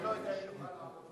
אני לא יודע אם נעמוד בזה.